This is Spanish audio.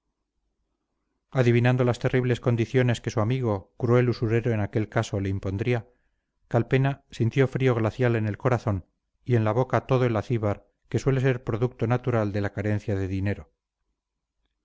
adivinando las terribles condiciones que su amigo cruel usurero en aquel caso le impondría calpena sintió frío glacial en el corazón y en la boca todo el acíbar que suele ser producto natural de la carencia de dinero